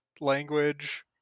language